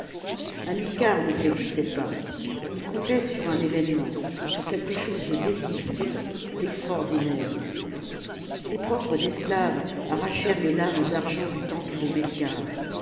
hamilcar ne faiblissait pas il comptait sur un événement sur quelque chose de décisif d'extraordinaire ses propres esclaves arrachèrent les lames d'argent du temple de meikarth